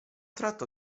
tratto